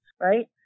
right